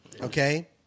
okay